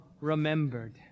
remembered